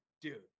dude